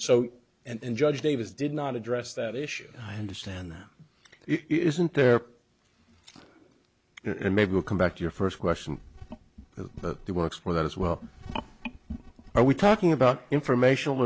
so and judge davis did not address that issue i understand isn't there and maybe we'll come back to your first question but it works for that as well are we talking about informational